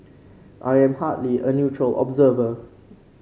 I am hardly a neutral observer